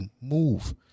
move